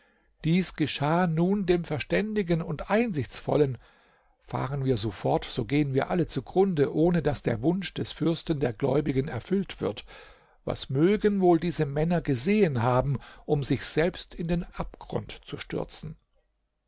dies geschah nun dem verständigen und einsichtsvollen fahren wir so fort so gehen wir alle zugrunde ohne daß der wunsch des fürsten der gläubigen erfüllt wird was mögen wohl diese männer gesehen haben um sich selbst in den abgrund zu stürzen